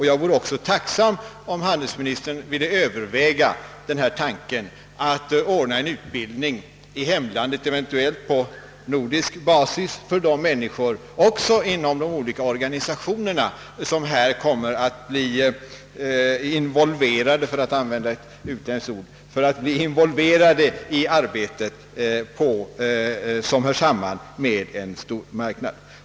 Jag vore också tacksam om handelsministern ville överväga tanken att ordna en utbildning i hemlandet — eventuellt på nordisk basis — för dem som inom departement, ämbetsverk och organisationer kommer att involveras i arbetet här hemma på det som hör samman med en stormarknad.